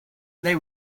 they